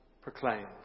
proclaimed